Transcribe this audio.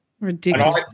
Ridiculous